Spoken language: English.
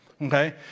okay